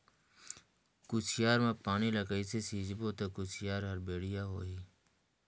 कुसियार मा पानी ला कइसे सिंचबो ता कुसियार हर बेडिया होही?